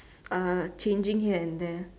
are changing here and there